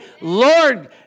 Lord